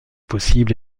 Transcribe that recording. possible